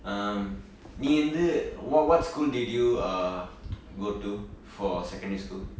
um நீ வந்து:nee vanthu what what school did you uh go to for secondary school